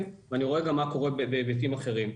ואני רואה גם מה קורה בהיבטים אחרים.